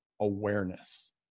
awareness